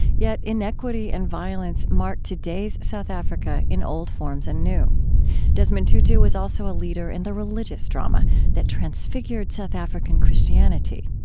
yet inequity and violence mark today's south africa in old forms and new desmond tutu was also a leader in the religious drama that transfigured south african christianity.